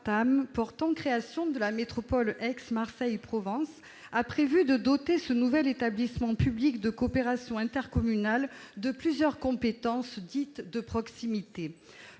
portant création de la métropole Aix-Marseille-Provence, ou AMP, a prévu de doter ce nouvel établissement public de coopération intercommunale de plusieurs compétences dites « de proximité